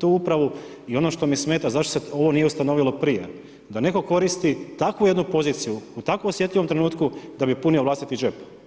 tu upravu i ono što me smeta, zašto se ovo nije ustanovilo prije, da netko koristi takvu jednu poziciju u tako osjetljivom trenutku da bi punio vlastiti džep.